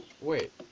Wait